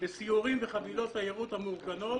בסיורים וחבילות תיירות המאורגנות